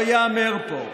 לא ייאמר פה.